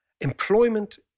employment